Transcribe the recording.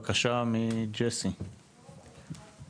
אנחנו מפנים לאתר משרד הקליטה על מנת לקבל מידע נוסף.